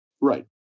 Right